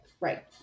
right